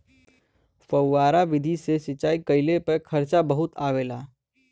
फौआरा विधि से सिंचाई कइले पे खर्चा बहुते आवला